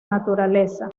naturaleza